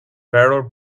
feral